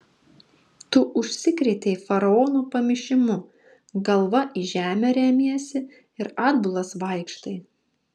tu užsikrėtei faraono pamišimu galva į žemę remiesi ir atbulas vaikštai